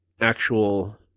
actual